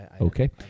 Okay